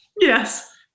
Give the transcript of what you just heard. Yes